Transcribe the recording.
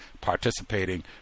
participating